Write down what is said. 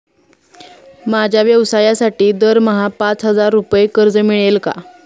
माझ्या व्यवसायासाठी दरमहा पाच हजार रुपये कर्ज मिळेल का?